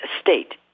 state